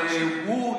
אבל הוא,